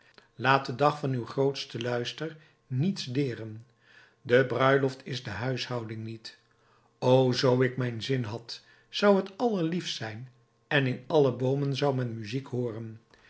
laat den dag van uw grootsten luister niets deren de bruiloft is de huishouding niet o zoo ik mijn zin had zou t allerliefst zijn en in alle boomen zou men muziek hooren